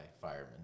firemen